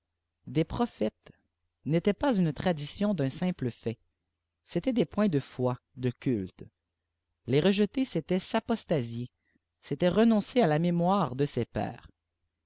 des prophètes n'étaient pas une tradition d un simple fait c'étaient des points de foi de culte les rejeter c'était s'apostasier c'était renoncer à lamémoire de ses pères